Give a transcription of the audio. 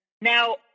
now